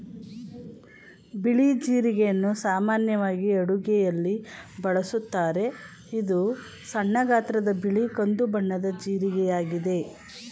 ಬಿಳಿ ಜೀರಿಗೆಯನ್ನು ಸಾಮಾನ್ಯವಾಗಿ ಅಡುಗೆಯಲ್ಲಿ ಬಳಸುತ್ತಾರೆ, ಇದು ಸಣ್ಣ ಗಾತ್ರದ ಬಿಳಿ ಕಂದು ಬಣ್ಣದ ಜೀರಿಗೆಯಾಗಿದೆ